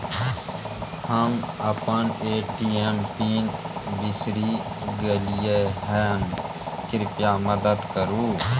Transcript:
हम अपन ATM pin बिसरि गलियै हन, कृपया मदद करु